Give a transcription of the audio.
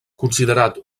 considerat